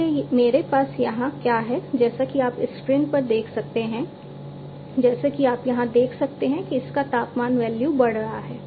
इसलिए मेरे पास यहां क्या है जैसा कि आप स्क्रीन पर देख सकते हैं जैसा कि आप यहां देख सकते हैं कि इसका तापमान वैल्यू बढ़ रहा है